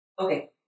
Okay